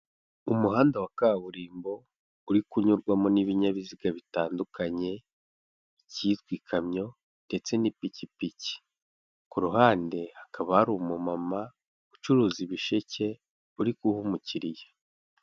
Umuhanda wa kaburimbo uri kunyurwamo n'ibinyabiziga bitandukanye, ikitwa ikamyo ndetse n'ipikipiki, ku ruhande hakaba hari umumama ucuruza ibisheke, uri guha umukiriya.